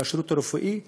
השירות הרפואי,